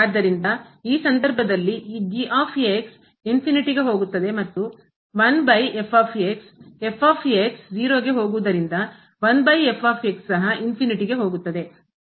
ಆದ್ದರಿಂದ ಈ ಸಂದರ್ಭದಲ್ಲಿ ಈ ಗೆ ಹೋಗುತ್ತದೆ ಮತ್ತು f 0 ಗೆ ಹೋಗುವುದರಿಂದ ಸಹ ಹೋಗುತ್ತದೆ